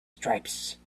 stripes